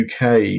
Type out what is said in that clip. UK